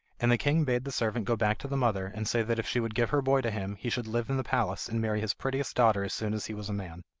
and the king bade the servant go back to the mother and say that if she would give her boy to him, he should live in the palace and marry his prettiest daughter as soon as he was a man.